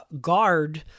guard